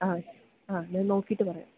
ആ ആ ഞാൻ നോക്കിയിട്ട് പറയാം